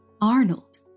Arnold